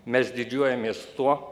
mes didžiuojamės tuo